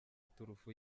iturufu